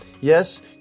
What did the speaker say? Yes